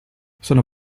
sono